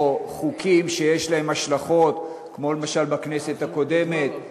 או חוקים שיש להם השלכות, כמו למשל בכנסת הקודמת,